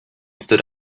stood